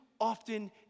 often